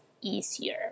easier